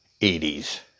80s